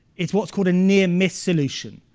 it's what's called a near-miss solution,